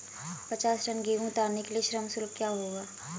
पचास टन गेहूँ उतारने के लिए श्रम शुल्क क्या होगा?